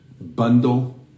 bundle